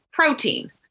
Protein